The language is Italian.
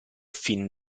fin